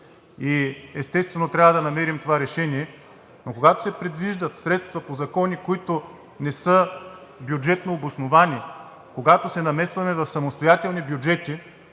и естествено трябва да намерим това решение, но когато се предвиждат средства по закони, които не са бюджетно обосновани, когато се намесваме в самостоятелни бюджети,